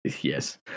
Yes